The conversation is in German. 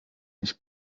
ich